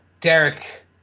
Derek